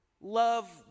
love